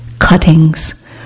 cuttings